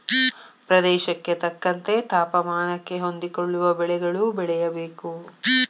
ಪ್ರದೇಶಕ್ಕೆ ತಕ್ಕಂತೆ ತಾಪಮಾನಕ್ಕೆ ಹೊಂದಿಕೊಳ್ಳುವ ಬೆಳೆಗಳು ಬೆಳೆಯಬೇಕು